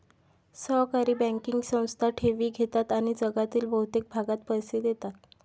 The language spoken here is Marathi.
सहकारी बँकिंग संस्था ठेवी घेतात आणि जगातील बहुतेक भागात पैसे देतात